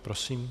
Prosím.